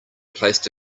placed